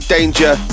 Danger